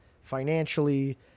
financially